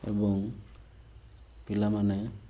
ଏବଂ ପିଲାମାନେ